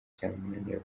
byamunaniye